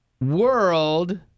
world